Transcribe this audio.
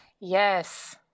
Yes